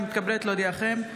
אני מתכבדת להודיעכם,